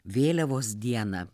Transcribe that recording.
vėliavos dieną